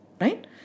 Right